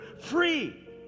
free